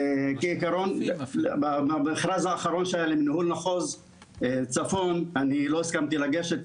כביכול במרכז האחרון שהיה לניהול מחוז הצפון אני לא הסכמתי לגשת,